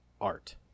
art